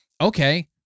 Okay